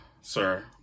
sir